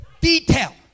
detail